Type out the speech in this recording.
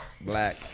Black